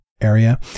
area